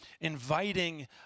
inviting